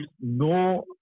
no